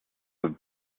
have